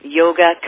yoga